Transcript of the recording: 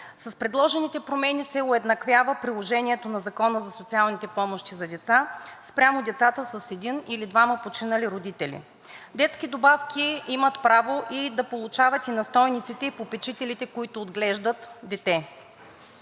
С предложените промени се уеднаквява приложението на Закона за социалните помощи за деца спрямо децата с един или двама починали родители. Детски добавки имат право да получават и настойниците и попечителите, които отглеждат дете.